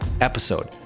episode